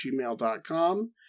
gmail.com